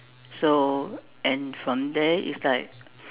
so and from there it's like